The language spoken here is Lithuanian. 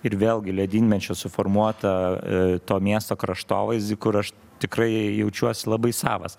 ir vėlgi ledynmečio suformuotą to miesto kraštovaizdį kur aš tikrai jaučiuosi labai savas